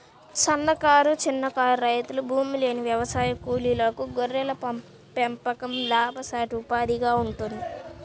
సన్నకారు, చిన్నకారు రైతులు, భూమిలేని వ్యవసాయ కూలీలకు గొర్రెల పెంపకం లాభసాటి ఉపాధిగా ఉంటుంది